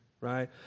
right